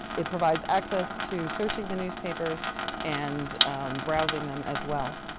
it provides access to searching the newspapers and browsing them as well.